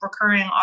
recurring